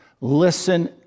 Listen